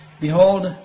Behold